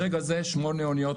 ברגע זה שמונה אוניות,